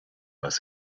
was